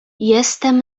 jestem